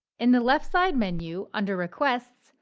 in the left side menu, under requests,